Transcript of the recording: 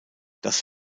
das